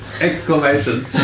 exclamation